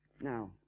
Now